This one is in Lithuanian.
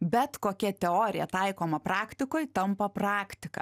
bet kokia teorija taikoma praktikoj tampa praktika